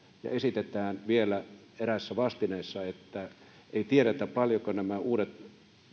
ja esitetään vielä eräässä vastineessa että ei tiedetä paljonko nämä uudet